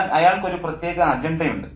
എന്നാൽ അയാൾക്ക് ഒരു പ്രത്യേക അജണ്ടയുണ്ട്